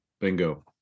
bingo